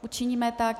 Učiníme tak.